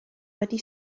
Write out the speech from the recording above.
wedi